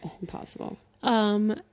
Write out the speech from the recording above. Impossible